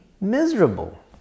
miserable